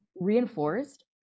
reinforced